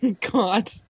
god